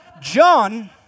John